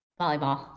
Volleyball